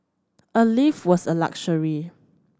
a lift was a luxury